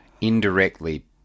indirectly